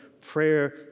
prayer